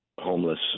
homeless